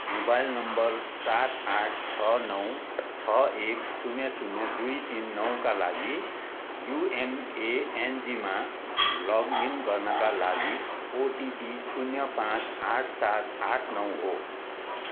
mobile नम्बर सात आठ छ नौ छ एक शून्य शून्य दुई तिन नौका लागि युएमएएनजीमा लगइन गर्नाका लागि ओटिपी शून्य पाँच आठ सात आठ नौ हो